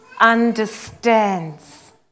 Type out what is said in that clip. understands